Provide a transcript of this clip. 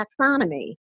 taxonomy